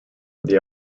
they